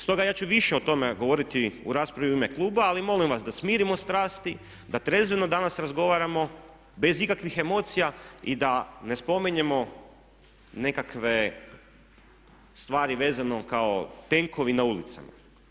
Stoga ja ću više o tome govoriti u raspravi u ime kluba ali molim vas da smirimo strasti, da trezveno danas razgovaramo bez ikakvih emocija i da ne spominjemo nekakve stvari vezano kao tenkovi na ulicama.